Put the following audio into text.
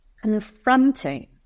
confronting